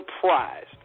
surprised